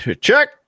check